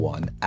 One